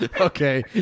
Okay